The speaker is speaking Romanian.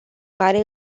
care